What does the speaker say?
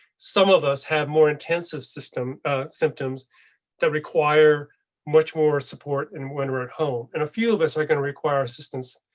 some of us have more intensive system symptoms that require much more support, and when we're at home and a few of us are going to require assistance,